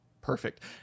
perfect